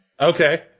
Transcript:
Okay